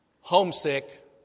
homesick